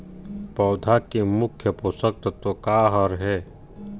पौधा के मुख्य पोषकतत्व का हर हे?